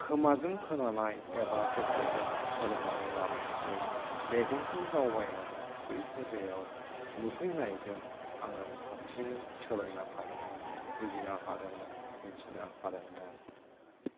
खोमाजों खोनानाय एबा गोसोजों सोलोंनानै लानायनिख्रुय मेगनजों दावबायनानै बै जायगायाव नुहैनायजों आङो साबसिनै सोलोंनो लानो हादोंमोन बुजिनो हादोंमोन मिथिनो हादोंमोन